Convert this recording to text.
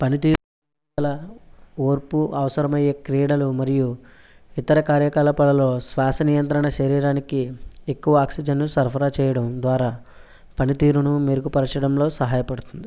పనితీరుకు గల ఓర్పు అవసరమయ్యే క్రీడలు మరియు ఇతర కార్యకలాపాలలో శ్వాస నియంత్రణ శరీరానికి ఎక్కువ ఆక్సిజన్ను సరఫరా చేయడం ద్వారా పనితీరును మెరుగుపరచడంలో సహాయపడుతుంది